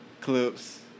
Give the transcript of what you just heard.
Clips